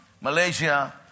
Malaysia